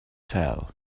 fell